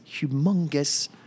humongous